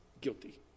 Guilty